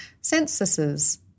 Censuses